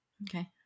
Okay